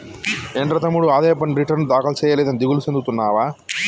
ఏంట్రా తమ్ముడు ఆదాయ పన్ను రిటర్న్ దాఖలు సేయలేదని దిగులు సెందుతున్నావా